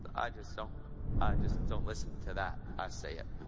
i just so i just don't listen to that i say it!